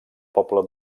poble